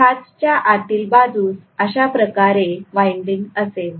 तर खाचच्या आतल्या बाजूस अशाप्रकारे वाइंडिंग असेल